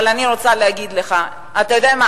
אבל אני רוצה להגיד לך, אתה יודע מה?